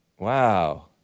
Wow